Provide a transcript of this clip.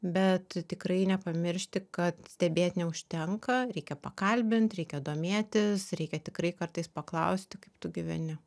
bet tikrai nepamiršti kad stebėt neužtenka reikia pakalbint reikia domėtis reikia tikrai kartais paklausti kaip tu gyveni